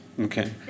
Okay